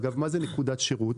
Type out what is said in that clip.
אגב, מה זה נקודת שירות?